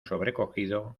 sobrecogido